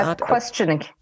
Questioning